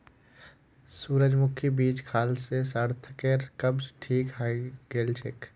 सूरजमुखीर बीज खाल से सार्थकेर कब्ज ठीक हइ गेल छेक